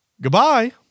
Goodbye